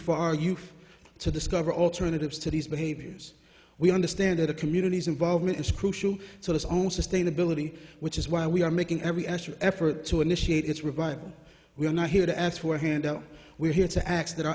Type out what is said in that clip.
for our youth to discover alternatives to these behaviors we understand other communities involvement is crucial to its own sustainability which is why we are making every extra effort to initiate its revival we are not here to ask for handouts we're here to acts that our